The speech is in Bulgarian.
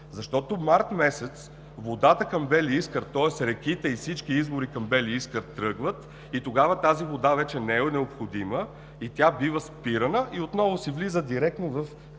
Защото през март месец водата към „Бели Искър“, тоест реките и всички извори към „Бели Искър“ тръгват, и тогава тази вода вече не е необходима, тя бива спирана и отново влиза директно в „Белмекен“,